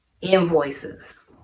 invoices